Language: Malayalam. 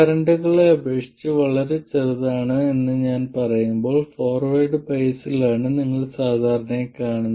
കറന്റുകളെ അപേക്ഷിച്ച് ചെറുതാണ് എന്ന് ഞാൻ പറയുമ്പോൾ ഫോർവേഡ് ബയസിൽ ആണ് നിങ്ങൾ സാധാരണയായി കാണുന്നത്